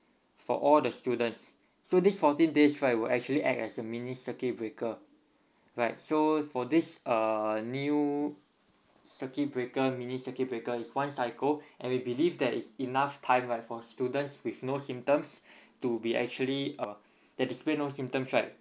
for all the students so these fourteen days right will actually act as a mini circuit breaker right so for these uh new circuit breaker mini circuit breaker is one cycle and we believe that it's enough time right for students with no symptoms to be actually uh they display no symptoms right